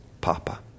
Papa